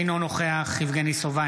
אינו נוכח יבגני סובה,